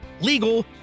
legal